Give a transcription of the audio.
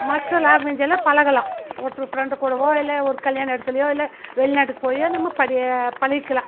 மற்ற லேங்குவேஜைலாம் பழகலாம் ஒருத்தரை ஃபிரெண்டு கூடவோ இல்லை ஒரு கல்யாண இடத்துலியோ இல்லை வெளிநாட்டுக்கு போயோ நம்ம படி பழகிக்கலாம்